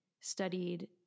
studied